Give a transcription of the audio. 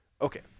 Okay